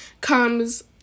comes